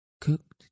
Cooked